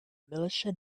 militia